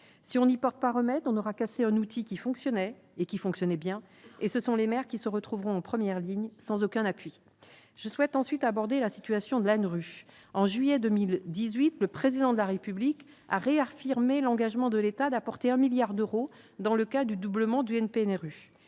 si on n'y porte pas remède on aura cassé un outil qui fonctionnait et qui fonctionnait bien et ce sont les maires qui se retrouveront en première ligne sans aucun appui je souhaite ensuite aborder la situation de l'ANRU en juillet 2018, le président de la République a réaffirmé l'engagement de l'État d'apporter un milliard d'euros dans le cas du doublement du NPNRU,